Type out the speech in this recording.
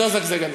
זו זגזגנות.